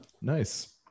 nice